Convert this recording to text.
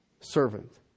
servant